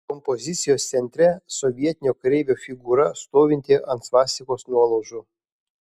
kompozicijos centre sovietinio kareivio figūra stovinti ant svastikos nuolaužų